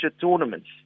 tournaments